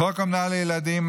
חוק אומנה לילדים,